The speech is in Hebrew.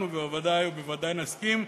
אנחנו בוודאי ובוודאי נסכים.